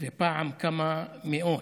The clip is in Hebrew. ופעם כמה מאות,